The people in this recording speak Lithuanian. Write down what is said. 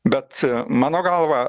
bet mano galva